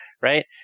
Right